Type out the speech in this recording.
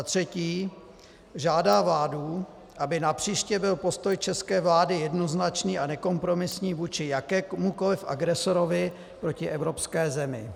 3. žádá vládu, aby napříště byl postoj české vlády jednoznačný a nekompromisní vůči jakémukoliv agresorovi proti evropské zemi.